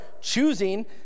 choosing